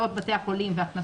יצאו לכל בתי החולים העצמאיים,